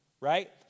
right